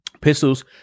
Pistols